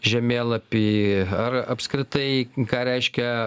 žemėlapy ar apskritai ką reiškia